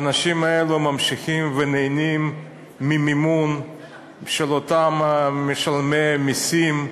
והאנשים האלה ממשיכים ונהנים ממימון של אותם משלמי מסים,